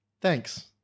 thanks